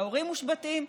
ההורים מושבתים,